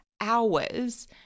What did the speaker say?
hours